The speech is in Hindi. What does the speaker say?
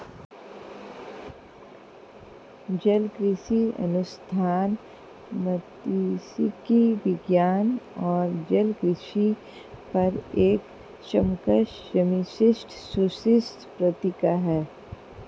जलकृषि अनुसंधान मात्स्यिकी विज्ञान और जलकृषि पर एक समकक्ष समीक्षित शैक्षणिक पत्रिका है